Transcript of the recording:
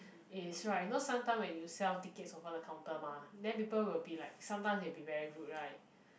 is right you know sometimes when you sell tickets over the counter mah then people will be be like sometimes they'll be very rude right